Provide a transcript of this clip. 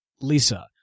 Lisa